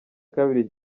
kabiri